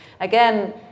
again